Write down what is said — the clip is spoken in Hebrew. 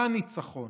הניצחון,